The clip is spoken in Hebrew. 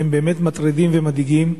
הן באמת מטרידות ומדאיגות,